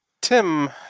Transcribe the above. Tim